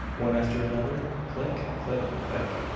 one after another, click, click, click,